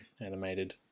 animated